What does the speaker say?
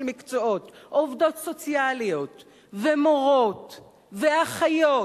מקצועות: עובדות סוציאליות ומורות ואחיות,